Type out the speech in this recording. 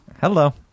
Hello